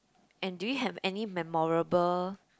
and do you have any memorable